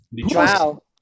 Wow